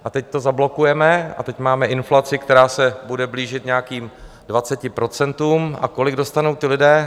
A teď to zablokujeme a teď máme inflaci, která se bude blížit k nějakým 20 %, a kolik dostanou ti lidé?